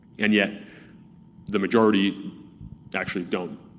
and yet the majority actually don't.